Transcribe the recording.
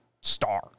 star